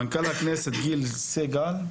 גיל סגל.